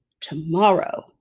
tomorrow